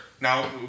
now